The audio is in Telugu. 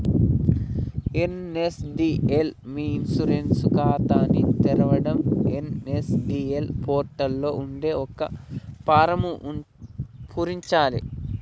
ఎన్.ఎస్.డి.ఎల్ మీ ఇ ఇన్సూరెన్స్ ఖాతాని తెరవడం ఎన్.ఎస్.డి.ఎల్ పోర్టల్ లో ఉండే ఒక ఫారమ్ను పూరించాలే